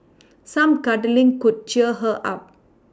some cuddling could cheer her up